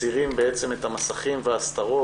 מסירים בעצם את המסכים וההסתרות.